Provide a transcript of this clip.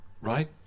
Right